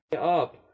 up